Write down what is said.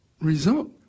result